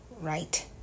Right